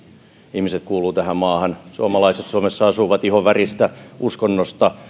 ihmiset kuuluvat tähän maahan suomalaiset suomessa asuvat ihonväristä uskonnosta